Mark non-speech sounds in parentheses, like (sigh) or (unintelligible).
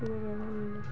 (unintelligible)